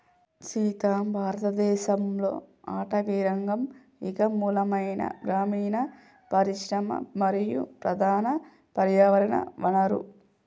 సీత భారతదేసంలో అటవీరంగం ఇంక మూలమైన గ్రామీన పరిశ్రమ మరియు ప్రధాన పర్యావరణ వనరు